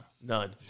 None